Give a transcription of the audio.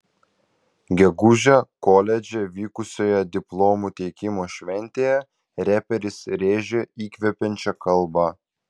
gegužę koledže vykusioje diplomų teikimo šventėje reperis rėžė įkvepiančią kalbą